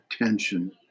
attention